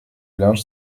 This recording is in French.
linge